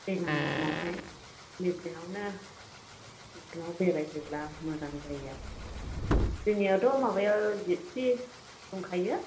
दैलां समावहाय मेसेंआवनो मेसेंआव बेराय फैब्ला मोजां जायो आरो जांनियावथ' माबायाव जिपसि दंखायो